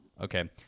Okay